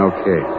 Okay